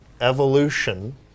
evolution